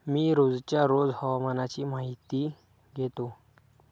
मी रोजच्या रोज हवामानाची माहितीही घेतो